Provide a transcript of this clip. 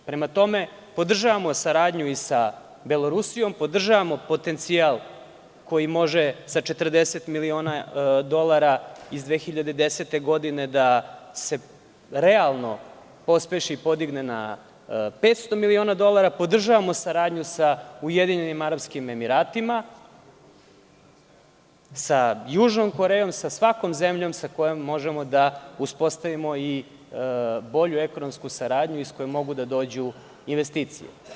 Prema tome, podržavamo saradnju i sa Belorusijom, podržavamo potencijal koji može sa 40 miliona dolara iz 2010. godine da se realno pospeši i podigne na 500 miliona dolara, podržavamo saradnju sa UAR, sa Južnom Korejom, sa svakom zemljom sa kojom možemo da uspostavimo i bolju ekonomsku saradnju iz koje mogu da dođu investicije.